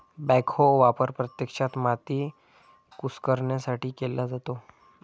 backhoe वापर प्रत्यक्षात माती कुस्करण्यासाठी केला जातो